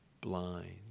blind